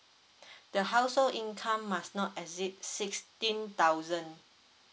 the household income must not exceed sixteen thousand